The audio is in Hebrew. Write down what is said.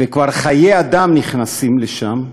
וחיי אדם כבר נכנסים לשם,